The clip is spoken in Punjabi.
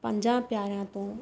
ਪੰਜਾਂ ਪਿਆਰਿਆਂ ਤੋਂ